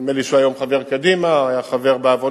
נדמה לי שהיום הוא חבר קדימה, היה חבר בעבודה.